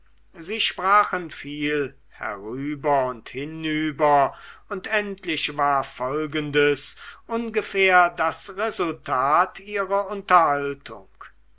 sie sprachen viel herüber und hinüber und endlich war folgendes ungefähr das resultat ihrer unterhaltung